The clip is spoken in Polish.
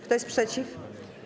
Kto jest przeciw?